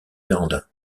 véranda